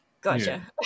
gotcha